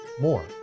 More